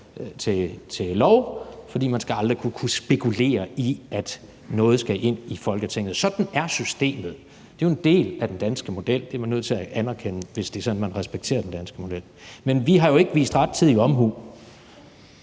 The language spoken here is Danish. til lov, fordi man aldrig skal kunne spekulere i, at noget skal ind i Folketinget. Sådan er systemet, det er jo en del af den danske model, og det er man nødt til at anerkende, hvis det er sådan, at man respekterer den danske model. Men vi har jo ikke vist rettidig omhu,